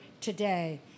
today